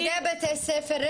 אני מנסה להגיע אליו.